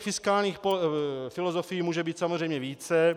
Fiskálních filozofií může být samozřejmě více.